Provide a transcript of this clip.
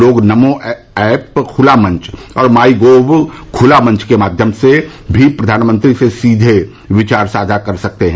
लोग नमो ऐप खुला मंच और माइ गोव खुला मंच के माध्यम से भी प्रधानमंत्री से सीधे विचार साझा कर सकते हैं